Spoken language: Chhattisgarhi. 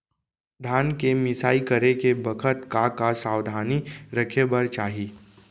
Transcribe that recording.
धान के मिसाई करे के बखत का का सावधानी रखें बर चाही?